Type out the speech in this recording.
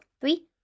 Three